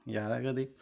ꯌꯥꯔꯒꯗꯤ